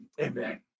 Amen